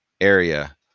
area